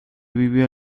vivió